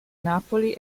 napoli